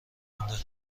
مونده